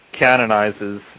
canonizes